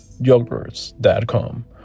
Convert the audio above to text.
yogurts.com